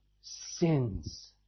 sins